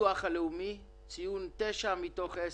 הביטוח הלאומי ציון תשע מתוך 10: